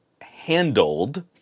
handled